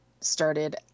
started